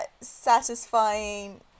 satisfying